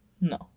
no